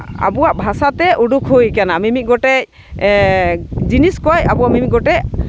ᱟᱵᱚᱣᱟᱜ ᱵᱷᱟᱥᱟᱛᱮ ᱩᱰᱩᱠ ᱦᱩᱭ ᱠᱟᱱᱟ ᱢᱤ ᱢᱤᱫ ᱜᱚᱴᱮᱡ ᱡᱤᱱᱤᱥ ᱠᱷᱚᱡ ᱟᱵᱚ ᱢᱤᱢᱤᱫ ᱜᱚᱴᱮᱡ